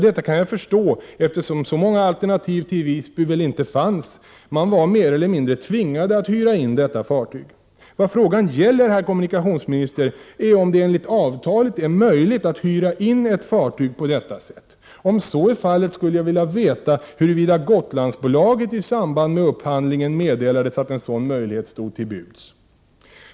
Detta kan jag förstå, eftersom så många alternativ till ”Visby” väl inte fanns — man var mer eller mindre tvingad att hyra in detta fartyg. Vad frågan gäller, herr kommunikationsminister, är om det enligt avtalet är möjligt att hyra in ett fartyg på detta sätt. Om så är fallet skulle jag vilja veta huruvida Gotlandsbolaget i samband med upphandlingen meddelades att en sådan möjlighet stod till buds.